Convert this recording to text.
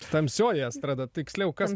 tamsioji estrada tiksliau kas